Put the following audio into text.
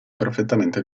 perfettamente